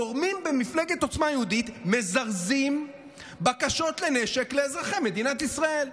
גורמים במפלגת עוצמה יהודית מזרזים בקשות לנשק לאזרחי מדינת ישראל.